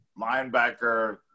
linebacker